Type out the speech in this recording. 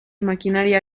maquinaria